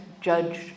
judge